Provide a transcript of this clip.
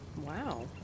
Wow